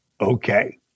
okay